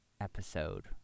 episode